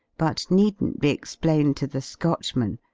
but needn't be explained to the scotchmen,